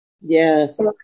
Yes